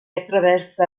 attraversa